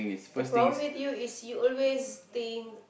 the problem with you is you always think